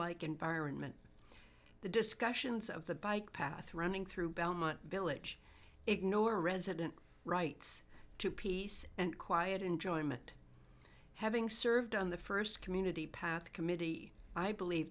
like environment the discussions of the bike path running through belmont village ignore resident rights to peace and quiet enjoyment having served on the first community path committee i believe